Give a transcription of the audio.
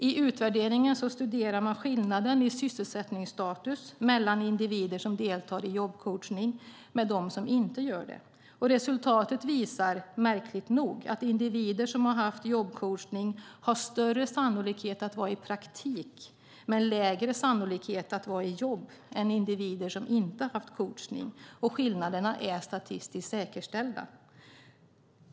I utvärderingen studerar man skillnaden i sysselsättningsstatus mellan individer som deltar i jobbcoachning och dem som inte gör det. Resultatet visar, märkligt nog, att individer som har haft jobbcoachning har större sannolikhet att vara i praktik men lägre sannolikhet att vara i jobb än individer som inte har haft coachning. Skillnaderna är statistiskt säkerställda.